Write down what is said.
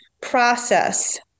process